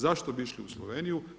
Zašto bi išli u Sloveniju?